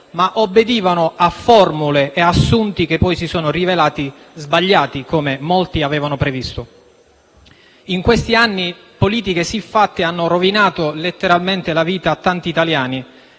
ma obbedivano a formule e assunti che poi si sono rivelati sbagliati, come molti avevano previsto. In questi anni politiche siffatte hanno rovinato letteralmente la vita a tanti italiani